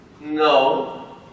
No